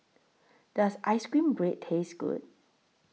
Does Ice Cream Bread Taste Good